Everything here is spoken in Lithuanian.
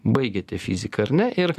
baigėte fiziką ar ne ir